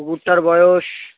কুকুরটার বয়স